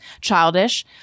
Childish